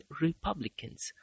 Republicans